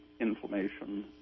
inflammation